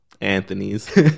Anthony's